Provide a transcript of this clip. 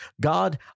God